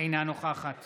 אינה נוכחת